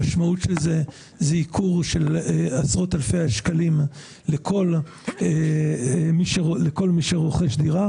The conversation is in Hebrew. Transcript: המשמעות של זה היא ייקור של עשרות אלפי שקלים לכל מי שרוכש דירה.